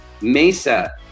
Mesa